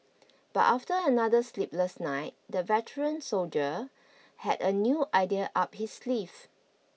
but after another sleepless night the veteran soldier had a new idea up his sleeve